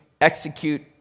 execute